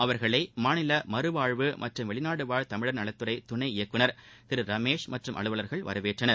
அவர்களை மாநில மறுவாழ்வு மற்றம் வெளிநாடுகள்வாழ் தமிழர் நலத்துறை துணை இயக்குநர் திரு ரமேஷ் மற்றும் அலுவலர்கள் வரவேற்றனர்